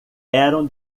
eram